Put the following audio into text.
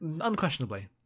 unquestionably